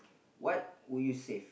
what would you save